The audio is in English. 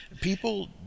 People